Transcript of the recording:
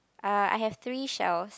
uh I have three shells